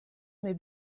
mais